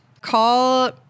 Call